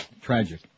Tragic